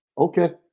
Okay